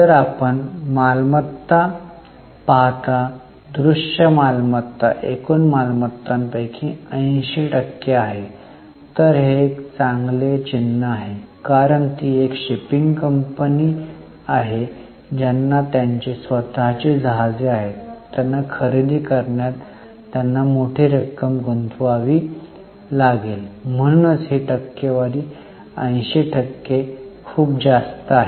जर आपण मालमत्ता पाहता दृश्य मालमत्ता एकूण मालमत्तेपैकी 80 टक्के आहे तर हे एक चांगले चिन्ह आहे कारण ती एक शिपिंग कंपनी आहे ज्यांना त्यांची स्वतःची जहाजे आहेत त्यांना खरेदी करण्यात त्यांना मोठी रक्कम गुंतवावी लागेल म्हणूनच ही टक्केवारी 80 टक्के खूप जास्त आहे